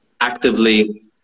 actively